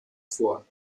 vor